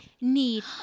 need